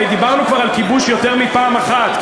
הרי דיברנו כבר על כיבוש יותר מפעם אחת,